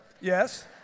Yes